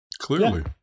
clearly